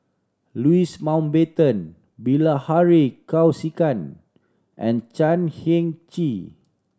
Louis Mountbatten Bilahari Kausikan and Chan Heng Chee